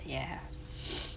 yeah